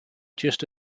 just